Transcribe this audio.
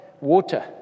water